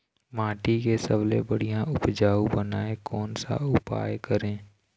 माटी के सबसे बढ़िया उपजाऊ बनाए कोन सा उपाय करें?